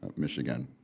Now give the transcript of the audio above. um michigan.